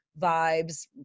vibes